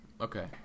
okay